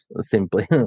simply